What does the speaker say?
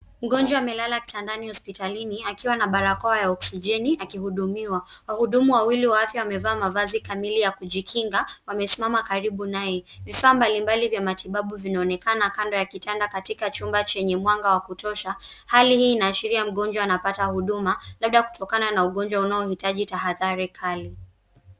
Mgonjwa amelala kitandani hospitalini akiwa na barakoa ya oksijeni akihudumiwa. Wahudumu wawili wa afya wamevaa mavazi kamili ya kujikinga wamesimama karibu naye. Vifaa mbalimbali vya matibabu vinaonekana kando ya kitanda katika chumba chenye mwanga wa kutosha. Hali hii inaashiria mgonjwa anapata huduma labda kutokana na ugonjwa unaohitaji tahadhari kali.